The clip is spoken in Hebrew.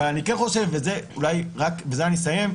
אבל אני כן חושב, ואולי בזה אני אסיים,